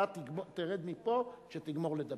תרד מפה כשתגמור לדבר.